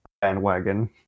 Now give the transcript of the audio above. bandwagon